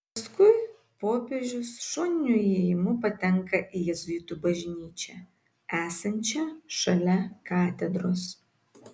paskui popiežius šoniniu įėjimu patenka į jėzuitų bažnyčią esančią šalia katedros